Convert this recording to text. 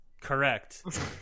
correct